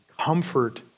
Comfort